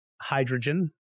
hydrogen